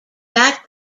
that